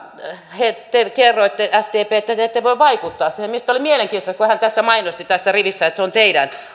keväälle te kerroitte sdp että te ette voi vaikuttaa siihen mielenkiintoista kun hän mainosti tässä rivissä että se on teidän